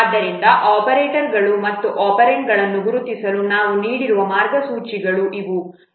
ಆದ್ದರಿಂದ ಆಪರೇಟರ್ಗಳು ಮತ್ತು ಒಪೆರಾಂಡ್ಗಳನ್ನು ಗುರುತಿಸಲು ನಾವು ನೀಡಿರುವ ಮಾರ್ಗಸೂಚಿಗಳು ಇವು